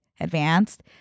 advanced